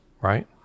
right